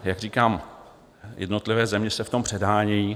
Jak říkám, jednotlivé země se v tom předhánějí.